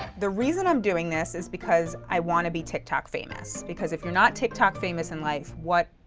the reason i'm doing this is because i want to be tiktok famous because if you're not tiktok famous in life, what,